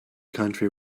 country